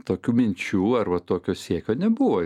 tokių minčių arba tokio siekio nebuvo